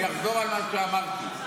אחזור על מה שאמרתי.